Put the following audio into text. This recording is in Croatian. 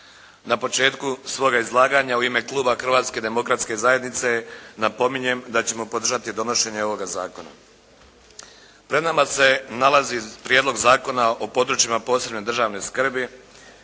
Na početku svoga izlaganja u ime kluba Hrvatske demokratske zajednice napominjem da ćemo podržati donošenje ovoga zakona. Pred nama se nalazi Prijedlog zakona o područjima posebne državne skrbi.